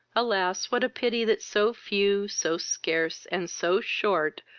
alas! what a pity that so few, so scarce, and so short,